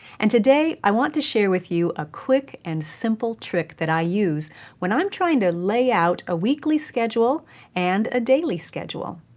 and today i want to share with you a quick and simple trick i use when i'm trying to lay out a weekly schedule and a daily schedule.